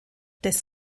des